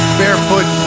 barefoot